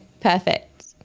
perfect